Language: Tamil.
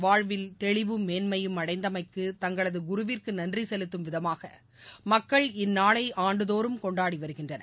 வாழ்வில் தெளிவும் மேன்மையும் அடைந்தமைக்கு தங்களது குருவிற்கு நன்றி செலுத்தும் விதமாக மக்கள் இந்நாளை ஆண்டுதோறும் கொண்டாடி வருகின்றனர்